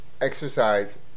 exercise